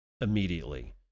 immediately